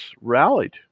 rallied